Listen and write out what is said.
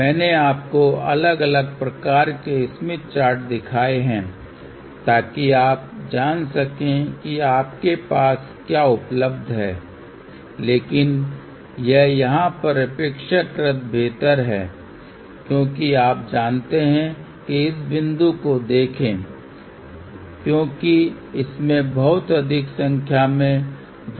मैंने आपको अलग अलग प्रकार के स्मिथ चार्ट दिखाए हैं ताकि आप जान सकें कि आपके पास क्या उपलब्ध है लेकिन यह यहाँ पर अपेक्षाकृत बेहतर है क्योंकि आप जानते हैं कि इस बिंदु को देखें क्योंकि इसमें बहुत अधिक संख्या में वृत्त हैं